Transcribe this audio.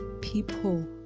people